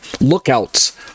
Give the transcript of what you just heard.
lookouts